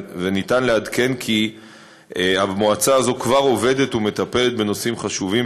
וניתן לעדכן כי המועצה הזאת כבר עובדת ומטפלת בנושאים חשובים,